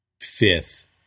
fifth